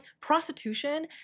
prostitution